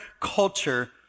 culture